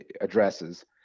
addresses